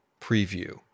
preview